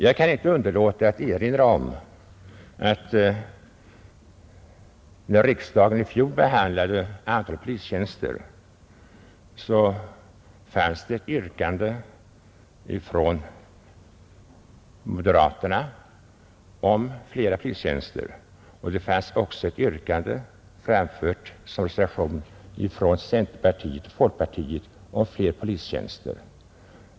Jag kan inte underlåta att erinra om att när riksdagen i fjol behandlade frågan om antalet polistjänster fanns det ett yrkande från moderata samlingspartiet om fler polistjänster. Det fanns också ett yrkande framfört i en reservation från centerpartiet och folkpartiet om fler polistjänster.